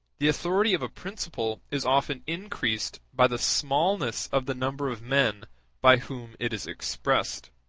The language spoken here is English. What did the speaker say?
the authority of a principle is often increased by the smallness of the number of men by whom it is expressed.